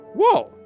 Whoa